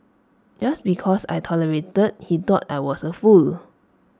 just because I tolerated he thought I was A fool